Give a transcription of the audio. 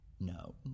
no